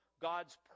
God's